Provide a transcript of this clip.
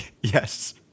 yes